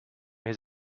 his